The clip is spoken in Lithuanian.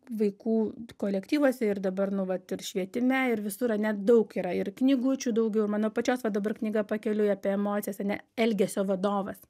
vaikų kolektyvuose ir dabar nu vat ir švietime ir visur ane daug yra ir knygučių daugiau ir mano pačios va dabar knyga pakeliui apie emocijas ar ne elgesio vadovas